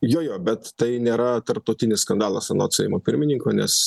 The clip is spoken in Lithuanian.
jo jo bet tai nėra tarptautinis skandalas anot seimo pirmininko nes